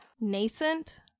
Nascent